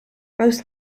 most